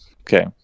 okay